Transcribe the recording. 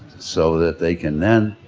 so that they can then,